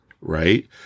right